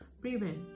prevent